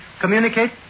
communicate